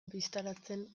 bistaratzen